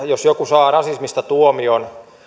jos joku perussuomalaisista saa rasismista tuomion